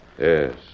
Yes